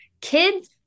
Kids